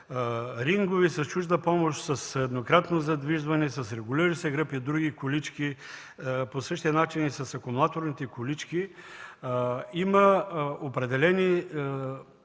рингове с чужда помощ, с еднократно задвижване, с регулиращ се гръб и други колички, по същия начин и с акумулаторните колички, има определени